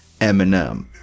Eminem